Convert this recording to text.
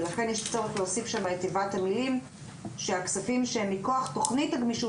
ולכן יש צורך להוסיף שהכספים שהם מכוח תכנית הגמישות